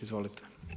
Izvolite.